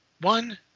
one